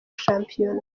shampiyona